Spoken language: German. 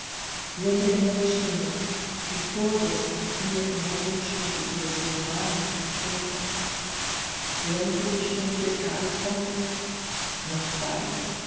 jene innere stimme die vorgestern hier in der burgstube ihr so mahnend ertönte werden für dich noch vier tage kommend noch drei